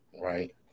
Right